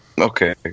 okay